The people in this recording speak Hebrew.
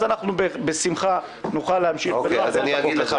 אז בשמחה נוכל להמשיך בהליך החקיקה.